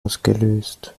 ausgelöst